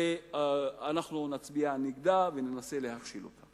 ואנחנו נצביע נגדה וננסה להכשיל אותה.